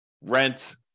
rent